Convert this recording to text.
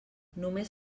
només